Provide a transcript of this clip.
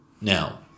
Now